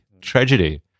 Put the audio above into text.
Tragedy